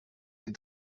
den